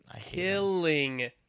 killing